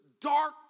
dark